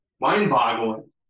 mind-boggling